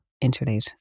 interlude